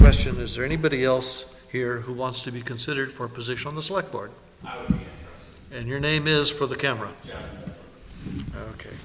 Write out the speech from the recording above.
question is there anybody else here who wants to be considered for a position on the select board and your name is for the camera ok